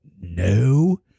no